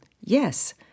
Yes